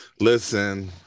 Listen